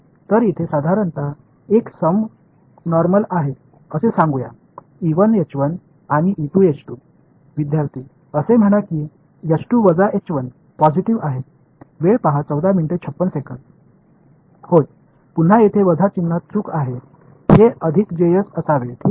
तर इथे साधारणतः एक सम नॉर्मल आहे असे सांगूया आणि विद्यार्थीः असे म्हणा की H 2 वजा H 1 पॉसिटीव्ह आहे होय पुन्हा येथे वजा चिन्हात चूक आहे हे अधिक असावे ठीक आहे